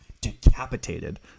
decapitated